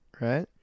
right